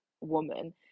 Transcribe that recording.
woman